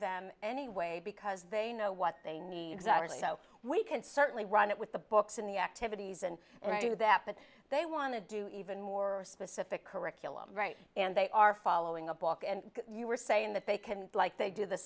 them anyway because they know what they need desire so we can certainly run it with the books in the activities and i do that but they want to do even more specific curriculum right and they are following a book and you were saying that they can like they do the